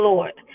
Lord